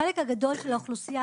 החלק הגדול של האוכלוסייה,